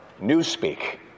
newspeak